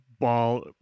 ball